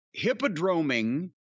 Hippodroming